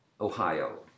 Ohio